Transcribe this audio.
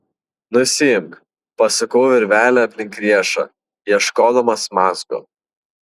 nusiimk pasukau virvelę aplink riešą ieškodamas mazgo